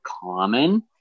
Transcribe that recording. common